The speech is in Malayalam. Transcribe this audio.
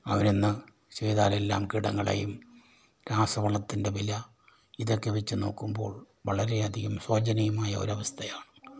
അവനിന്ന് ചെയ്താലെല്ലാം കീടങ്ങളെയും രാസവളത്തിൻ്റെ വില ഇതൊക്കെ വച്ച് നോക്കുമ്പോൾ വളരെ അധികം ശോചനീയമായ ഒരു അവസ്ഥയാണ്